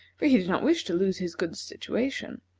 for he did not wish to lose his good situation.